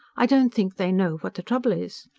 i don't think they know what the trouble is.